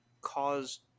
caused